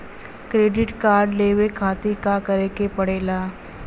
Credit card लेवे खातिर का करे के पड़ेला?